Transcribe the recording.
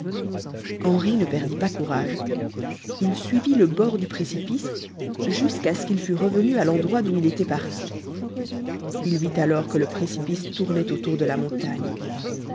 henri ne perdit pas courage il suivit le bord du précipice jusqu'à ce qu'il fût revenu à l'endroit d'où il était parti il vit alors que le précipice tournait autour de la montagne